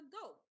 go